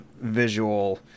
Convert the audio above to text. visual